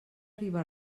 riba